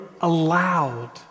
allowed